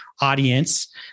audience